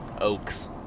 oaks